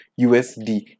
USD